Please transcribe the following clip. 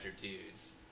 dudes